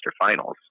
Finals